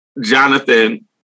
jonathan